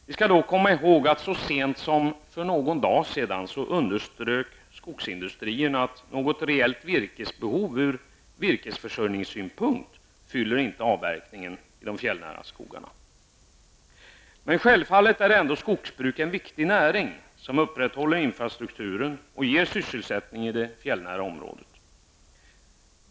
Vi skall då komma ihåg att så sent som för någon dag sedan underströk skogsindustrierna att något reellt virkesbehov ur virkesförsörjningssynpunkt fyller inte avverkningen i de fjällnära skogarna. Men självfallet är ändå skogsbruk en viktig näring, som upprätthåller infrastrukturen och ger sysselsättning i det fjällnära området.